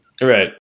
Right